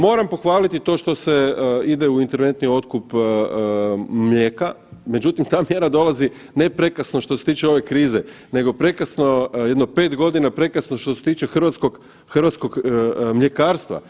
Moram pohvaliti to što se ide u interventni otkup mlijeka, međutim ta mjera dolazi ne prekasno što se tiče ove krize, nego prekasno jedno 5 godina prekasno što se tiče hrvatskog mljekarstva.